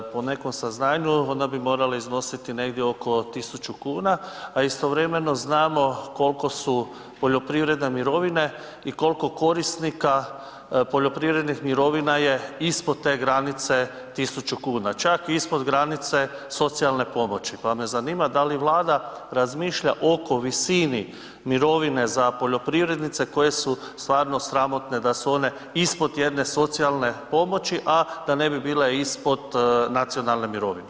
Po nekom saznanju, ona bi morala iznositi negdje oko 1000 kn a istovremeno znamo koliko su poljoprivredne mirovine i koliko korisnika poljoprivrednih mirovina je ispod te granice 1000 kn, čak i ispod granice socijalne pomoći pa me zanima da li Vlada razmišlja oko visine mirovine za poljoprivrednice koje su stvarno sramotne da su one ispod jedne socijalne pomoći a da ne bi bile ispod nacionalne mirovine?